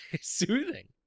soothing